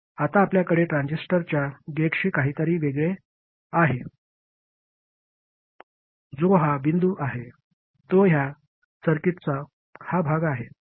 आता आपल्याकडे ट्रान्झिस्टरच्या गेटशी काहीतरी वेगळे आहे जो हा बिंदू आहे तो ह्या सर्किटचा हा भाग आहे